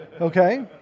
Okay